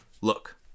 Look